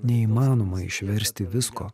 neįmanoma išversti visko